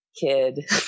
kid